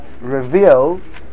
reveals